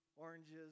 Oranges